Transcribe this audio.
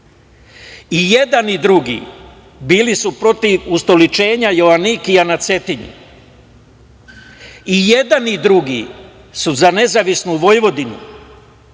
I jedan i drugi bili su protiv ustoličenja Joanikija, na Cetinju. I jedan i drugi su za nezavisnu Vojvodinu.I